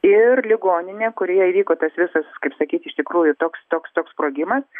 ir ligoninė kurioje įvyko tas visas kaip sakyt iš tikrųjų toks toks toks sprogimas